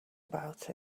about